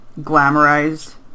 glamorized